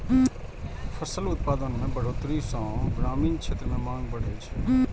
फसल उत्पादन मे बढ़ोतरी सं ग्रामीण क्षेत्र मे मांग बढ़ै छै